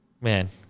Man